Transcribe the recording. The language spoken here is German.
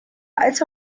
als